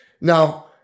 Now